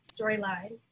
storyline